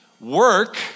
work